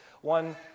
one